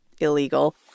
illegal